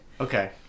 Okay